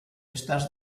estàs